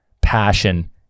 passion